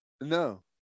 No